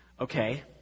Okay